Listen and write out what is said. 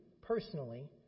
personally